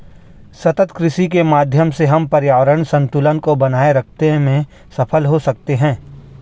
सतत कृषि के माध्यम से हम पर्यावरण संतुलन को बनाए रखते में सफल हो सकते हैं